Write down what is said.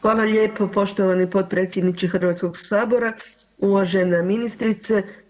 Hvala lijepo poštovani potpredsjedniče Hrvatskoga sabora, uvažena ministrice.